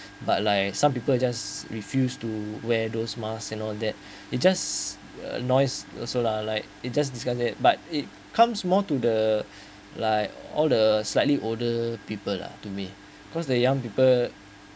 but like some people just refused to wear those mask and all know that it just a noise also lah like it just discard it but it comes more to the like all the slightly older people lah to me cause the young people